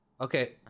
Okay